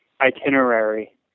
itinerary